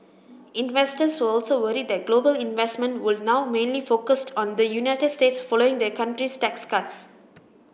investors were also worried that global investment would now mainly focused on the United States following the country's tax cuts